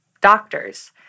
doctors